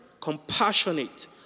compassionate